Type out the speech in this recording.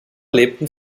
lebten